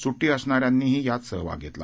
सुट्टी असणाऱ्यांनीही यात सहभाग घेतला